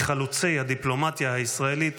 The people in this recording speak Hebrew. מחלוצי הדיפלומטיה הישראלית